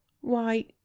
Why